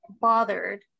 bothered